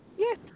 Yes